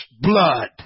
blood